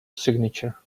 signature